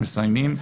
הם מסיימים,